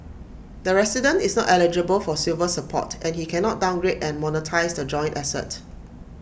the resident is not eligible for silver support and he cannot downgrade and monetise the joint asset